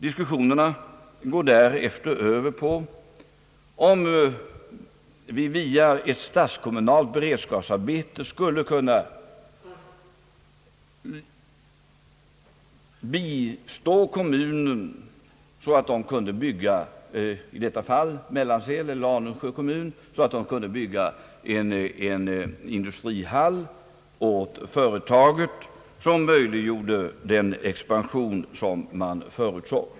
Diskussionerna går därefter över på om vi via ett statskommunalt beredskapsarbete skulle kunna bistå kommunen så att den kunde bygga en industrihall åt företaget som möjliggjorde den expansion som man förutsåg.